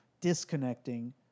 disconnecting